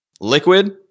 liquid